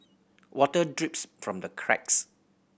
water drips from the cracks